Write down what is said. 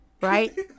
Right